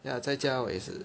yeah 在家我也是